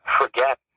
forget